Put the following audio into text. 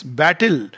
battle